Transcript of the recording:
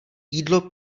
jídlo